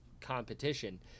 competition